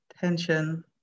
tension